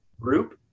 group